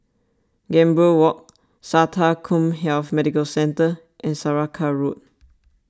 Gambir Walk Sata CommHealth Medical Centre and Saraca Road